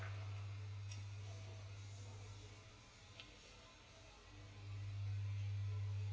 and